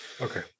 Okay